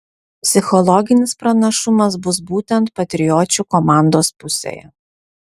psichologinis pranašumas bus būtent patriočių komandos pusėje